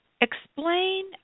Explain